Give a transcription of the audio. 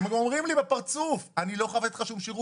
הם אומרים לי בפרצוף: אני לא חייב לתת לך שום שירות.